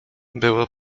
było